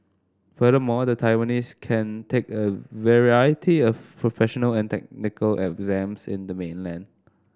furthermore the Taiwanese can take a variety of professional and technical exams in the mainland